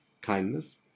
kindness